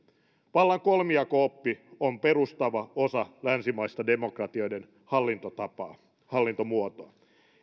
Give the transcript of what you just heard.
vallan kolmijako oppi on perustava osa länsimaisten demokratioiden hallintomuotoa